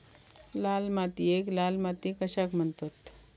लाल मातीयेक लाल माती कशाक म्हणतत?